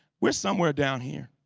we're somewhere down here.